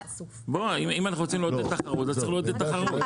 אם אנחנו רוצים לעודד תחרות אז צריך לעודד תחרות.